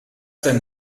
denn